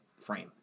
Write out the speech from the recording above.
frame